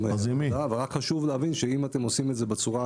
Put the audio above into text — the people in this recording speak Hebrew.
אבל חשוב להבין שאם אתם עושים את זה בצורת